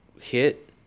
hit